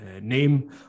name